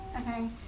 okay